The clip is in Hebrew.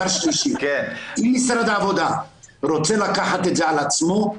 אם משרד העבודה רוצה לקחת את זה על עצמו,